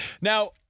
Now